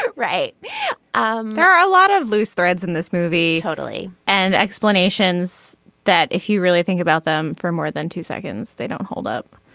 right um there are a lot of loose threads in this movie totally and explanations that if you really think about them for more than two seconds they don't hold up.